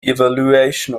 evaluation